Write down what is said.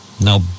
Now